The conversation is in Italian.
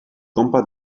compact